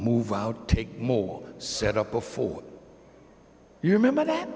move out take more set up before you remember that